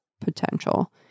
potential